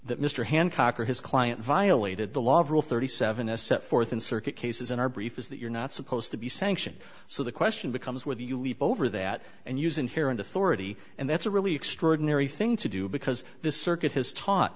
that mr hancock or his client violated the law of rule thirty seven as set forth in circuit cases in our brief is that you're not supposed to be sanctioned so the question becomes whether you leap over that and use inherent authority and that's a really extraordinary thing to do because this circuit has taught